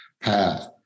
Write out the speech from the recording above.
path